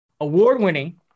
award-winning